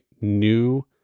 new